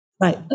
Right